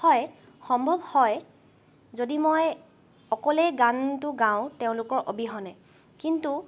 হয় সম্ভৱ হয় যদি মই অকলেই গানটো গাওঁ তেওঁলোকৰ অবিহনে কিন্তু